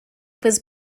was